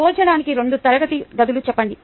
పోల్చడానికి రెండు తరగతి గదులు చెప్పండి